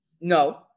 No